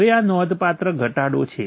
હવે આ નોંધપાત્ર ઘટાડો છે